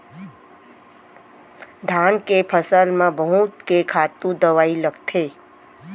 धान के फसल म बहुत के खातू दवई लगथे